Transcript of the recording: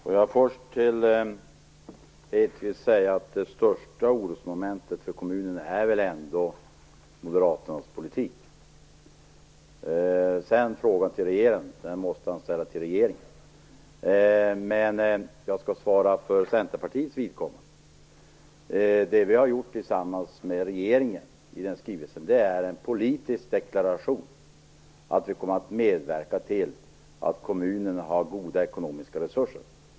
Herr talman! Låt mig först säga till Lennart Hedquist att det största orosmomentet för kommunerna är väl ändå moderaternas politik. Frågan om regeringen måste han ställa till regeringen. Jag skall svara för Centerpartiets vidkommande. I skrivelsen har vi tillsammans med regeringen gjort en politisk deklaration att vi kommer att medverka till att kommunerna har goda ekonomiska resurser.